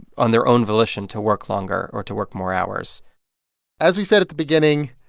on their own volition, to work longer or to work more hours as we said at the beginning,